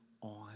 on